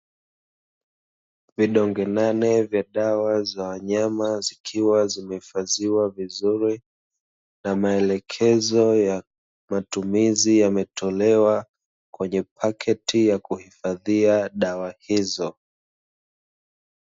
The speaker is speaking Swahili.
Vidonge nane za dawa za wanyama, zikiwa zimehifadhiwa vizuri, na maelekezo na matumizi yametolewa kwenye paketi ya kuhifadhia dawa hizo.